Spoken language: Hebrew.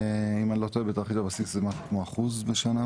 אם אני לא טועה בתרחיש הבסיס זה משהו כמו אחוז בשנה,